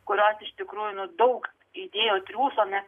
kurios iš tikrųjų nu daug įdėjo triūso bet